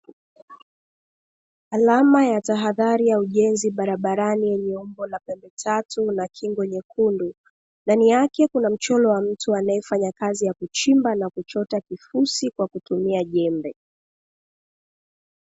Alama ya tahadhari ya ujenzi barabarani yenye umbo la pembe tatu na kingo nyekundu, ndani yake kuna mchoro wa mtu anayefanya kazi ya kuchimba na kuchota kifusi kwa kutumia jembe.